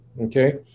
Okay